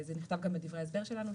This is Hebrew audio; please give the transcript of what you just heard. וזה נכתב גם בדברי ההסבר שלנו,